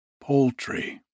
poultry